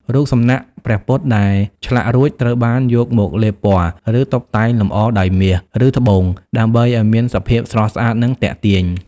រូបសំណាកព្រះពុទ្ធដែលឆ្លាក់រួច ត្រូវបានយកមកលាបពណ៌ ឬតុបតែងលម្អដោយមាស ឬត្បូងដើម្បីឱ្យមានសភាពស្រស់ស្អាតនិងទាក់ទាញ។